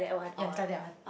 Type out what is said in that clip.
ya it's like that one